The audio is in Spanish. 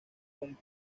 con